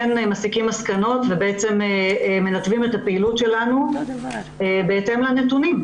מסיקים מסקנות ובעצם מנתבים את הפעילות שלנו בהתאם לנתונים.